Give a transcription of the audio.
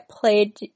played